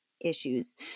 issues